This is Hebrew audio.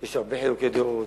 יש הרבה חילוקי דעות,